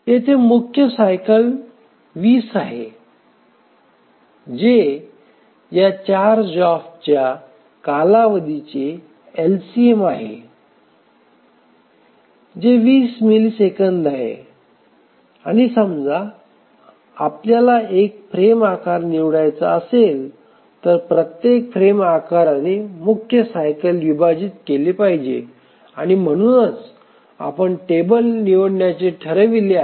येथे मुख्य सायकल 20 आहे जे या चार जॉब्सच्या कालावधीचे एलसीएम आहे जे 20 मिलिसेकंद आहे आणि समजा आपल्याला एक फ्रेम आकार निवडायचा असेल तर प्रत्येक फ्रेम आकाराने मुख्य सायकल विभाजित केले पाहिजे आणि म्हणूनच आपण टेबल निवडण्याचे ठरविले आहे